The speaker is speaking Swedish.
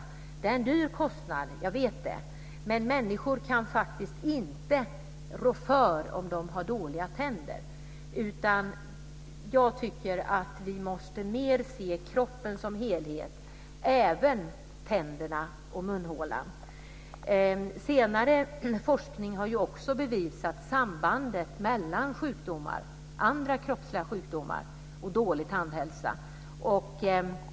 Tandvård är en dyr kostnad. Men människor kan faktiskt inte rå för om de har dåliga tänder. Vi måste mer se kroppen som en helhet - även tänderna och munhålan. Senare forskning har också bevisat sambandet mellan andra kroppsliga sjukdomar och dålig tandhälsa.